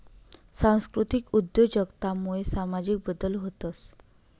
सांस्कृतिक उद्योजकता मुये सामाजिक बदल व्हतंस